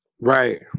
Right